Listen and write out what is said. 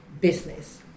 business